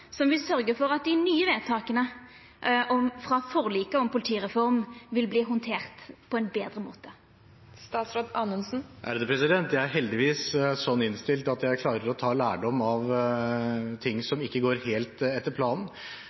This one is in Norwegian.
som vil sørgja for at dei nye vedtaka frå forliket om politireform vil verta handterte på ein betre måte? Jeg er heldigvis slik innstilt at jeg klarer å ta lærdom av ting som ikke går helt etter planen,